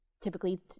typically